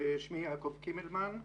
שמי יעקב קמלמן,